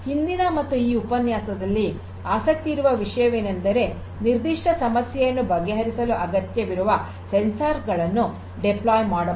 ಹಿಂದಿನ ಮತ್ತು ಈ ಉಪನ್ಯಾಸದಲ್ಲಿ ಆಸಕ್ತಿ ಇರುವ ವಿಷಯವೇನೆಂದರೆ ನಿರ್ದಿಷ್ಟ ಸಮಸ್ಯೆಯನ್ನು ಪರಿಹರಿಸಲು ಅಗತ್ಯವಿರುವ ಸಂವೇದಕಗಳನ್ನುನಿಯೋಜಿಸಬಹುದು